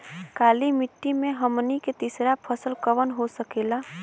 काली मिट्टी में हमनी के तीसरा फसल कवन हो सकेला?